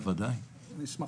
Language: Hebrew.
בוודאי.